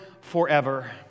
forever